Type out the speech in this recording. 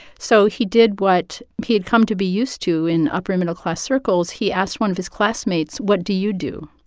so he did what he had come to be used to in upper-middle-class circles. he asked one of his classmates, what do you do?